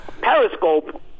Periscope